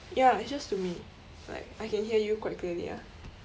ya it's just to me like I can hear you quite clearly ah